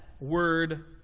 word